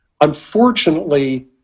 Unfortunately